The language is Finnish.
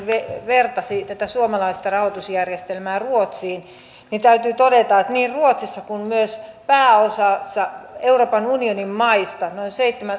vertasi tätä suomalaista rahoitusjärjestelmää ruotsiin että niin ruotsissa kuin myös pääosassa euroopan unionin maista noin